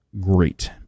great